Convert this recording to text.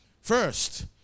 First